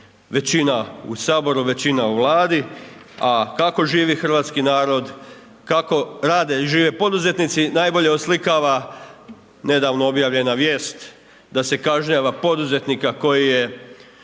većina u Saboru, većina u Vladi a kako živi hrvatski narod, kako rade i žive poduzetnici, najbolje oslikava nedavno objavljena vijest da se kažnjava poduzetnika koji je